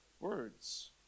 words